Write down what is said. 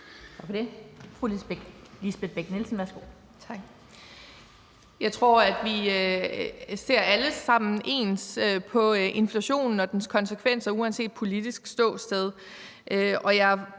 Jeg tror, at vi alle sammen ser ens på inflationen og dens konsekvenser uanset politisk ståsted,